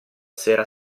sera